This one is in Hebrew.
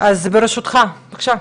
אז בבקשה.